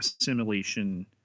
assimilation